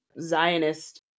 Zionist